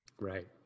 Right